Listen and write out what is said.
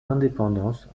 d’indépendance